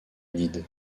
guide